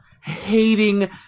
hating